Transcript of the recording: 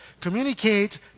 communicate